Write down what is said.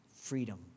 freedom